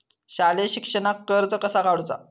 शालेय शिक्षणाक कर्ज कसा काढूचा?